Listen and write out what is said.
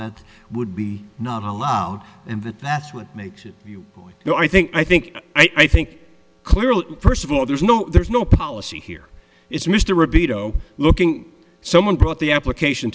that would be not allowed and that that's what makes it you know i think i think i think clearly first of all there's no there's no policy here it's mr repeat oh looking someone brought the application